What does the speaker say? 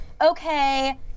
Okay